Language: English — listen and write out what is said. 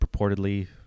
purportedly